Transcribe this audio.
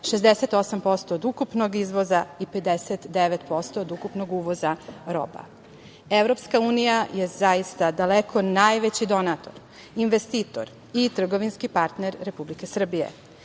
68% od ukupnog izvoza i 59% od ukupnog uvoza roba. Evropska unija je zaista daleko najveći donator, investitor i trgovinski partner Republike Srbije.